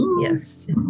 Yes